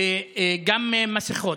וגם מסכות.